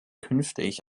künftig